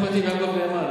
יעקב נאמן,